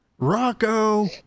Rocco